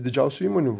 didžiausių įmonių